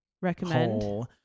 recommend